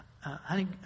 honey